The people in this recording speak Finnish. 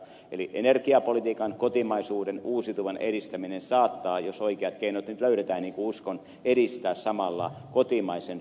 eli energiapolitiikan kotimaisuuden uusiutuvan edistäminen saattaa jos oikeat keinot nyt löydetään niin kuin uskon edistää samalla kotimaisen rehuvalkuaisen tuotantoa